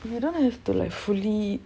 if you don't have to like fully